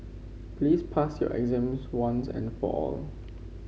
please pass your exams once and for all